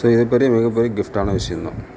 so இது பெரிய மிகப்பெரிய கிஃப்ட்டான விஷயந்தான்